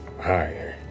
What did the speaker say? Hi